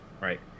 right